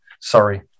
sorry